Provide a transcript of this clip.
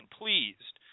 pleased